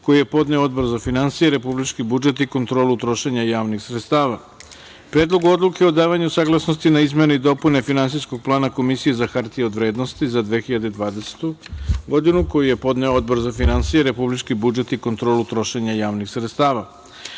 koju je podneo Odbor za finansije, republički budžet i kontrolu trošenja javnih sredstava; Predlog odluke o davanju saglasnosti na izmene i dopune Finansijskog plana Komisije za hartije od vrednosti za 2020. godinu, koju je podneo Odbor za finansije, republički budžet i kontrolu trošenja javnih sredstava;